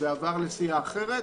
לסיעה אחרת,